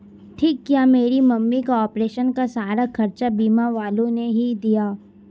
ठीक किया मेरी मम्मी का ऑपरेशन का सारा खर्चा बीमा वालों ने ही दिया